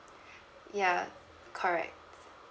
ya correct